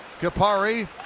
Kapari